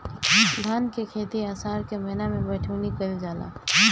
धान के खेती आषाढ़ के महीना में बइठुअनी कइल जाला?